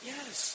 Yes